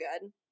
good